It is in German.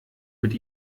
mit